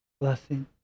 blessing